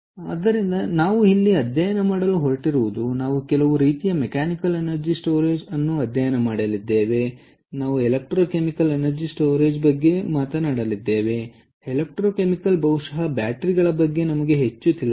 ಆದ್ದರಿಂದ ನಾವು ಇಲ್ಲಿ ಅಧ್ಯಯನ ಮಾಡಲು ಹೊರಟಿರುವುದು ನಾವು ಕೆಲವು ರೀತಿಯ ಮೆಕ್ಯಾನಿಕಲ್ ಎನರ್ಜಿ ಸ್ಟೋರೇಜ್ ಅನ್ನು ಅಧ್ಯಯನ ಮಾಡಲಿದ್ದೇವೆ ನಾವು ಎಲೆಕ್ಟ್ರೋ ಕೆಮಿಕಲ್ ಎನರ್ಜಿ ಸ್ಟೋರೇಜ್ ಬಗ್ಗೆ ಮಾತನಾಡಲಿದ್ದೇವೆ ಎಲೆಕ್ಟ್ರೋ ಕೆಮಿಕಲ್ ಬಹುಶಃ ಬ್ಯಾಟರಿಗಳ ಬಗ್ಗೆ ನಮಗೆ ಹೆಚ್ಚು ತಿಳಿದಿದೆ